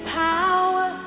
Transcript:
power